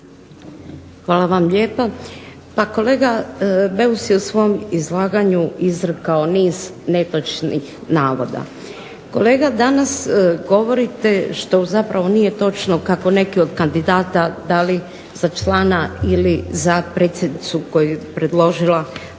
Hvala vam lijepa. Pa kolega Beus je u svom izlaganju izrekao niz netočnih navoda. Kolega danas govorite što zapravo nije točno kako neki od kandidata da li za člana ili za predsjednicu koju je predložila parlamentarna